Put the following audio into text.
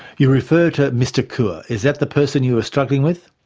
you refer to mr koua is that the person you were struggling with?